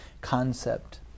concept